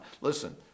Listen